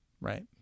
right